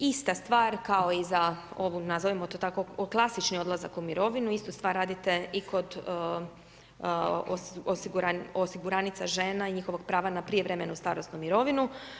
Ista stvar kao i za ovu, nazovimo to tako klasični odlazak u mirovinu, istu stvar radite i kod osiguranica žena i njihovog prava na prijevremenu starosnu mirovinu.